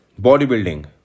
bodybuilding